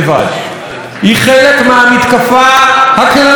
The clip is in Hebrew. היא חלק מהמתקפה הכללית על התרבות,